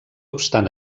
obstant